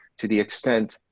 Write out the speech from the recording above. to the extent